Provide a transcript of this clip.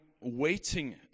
waiting